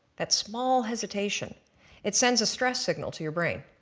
that small hesitation it sends a stress signal to your brain.